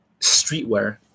streetwear